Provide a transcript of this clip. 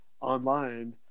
online